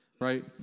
Right